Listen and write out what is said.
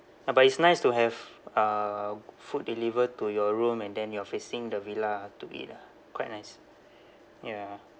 uh but it's nice to have uh food delivered to your room and then you're facing the villa to eat lah quite nice ya